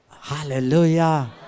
Hallelujah